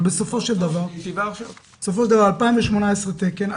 אבל בסופו של דבר ב-2018 תקן,